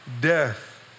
death